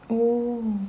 oh